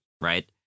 Right